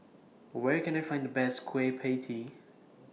Where Can I Find The Best Kueh PIE Tee